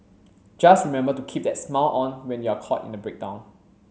just remember to keep that smile on when you're caught in a breakdown